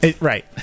Right